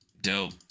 dope